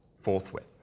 forthwith